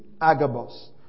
Agabus